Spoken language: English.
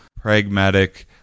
pragmatic